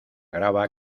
grava